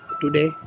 today